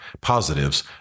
positives